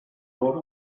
wrote